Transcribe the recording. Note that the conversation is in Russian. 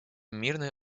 мирное